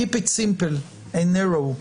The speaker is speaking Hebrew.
Keep it simple and narrow.